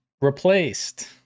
replaced